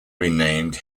renamed